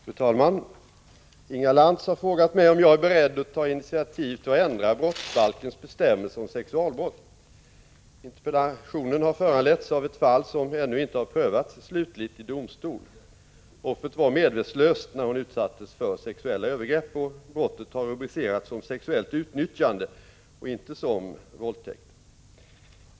Fru talman! Inga Lantz har frågat mig om jag är beredd att ta initiativ till att ändra brottsbalkens bestämmelser om sexualbrott. Interpellationen har föranletts av ett fall som ännu inte har prövats slutligt i domstol. Offret var medvetslöst när hon utsattes för sexuella övergrepp, och brottet har rubricerats som sexuellt utnyttjande och inte som våldtäkt.